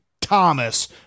Thomas